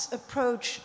approach